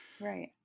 Right